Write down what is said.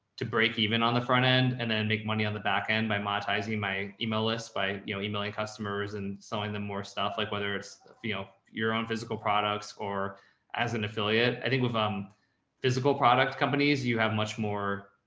to break even on the front end and then make money on the backend by monetizing my email list by you know emailing customers and selling them more stuff. like whether it's your own physical products or as an affiliate. i think with um physical product companies, you have much more,